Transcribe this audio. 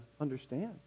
understand